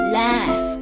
laugh